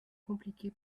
compliqué